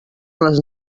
les